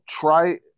try –